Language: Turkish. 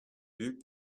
büyük